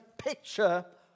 picture